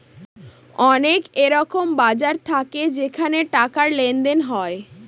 অনেক এরকম বাজার থাকে যেখানে টাকার লেনদেন হয়